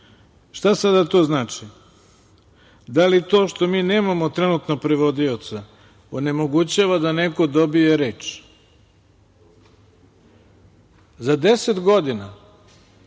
Šta sada to znači? Da li to što mi nemamo trenutno prevodioca onemogućava da neko dobije reč? Za 10 godina